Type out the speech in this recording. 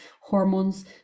hormones